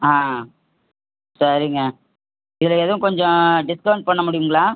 ஆ சரிங்க இதில் எதுவும் கொஞ்சம் டிஸ்கௌண்ட் பண்ண முடியுங்களா